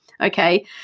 okay